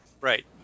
Right